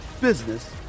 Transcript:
business